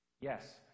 Yes